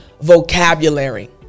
vocabulary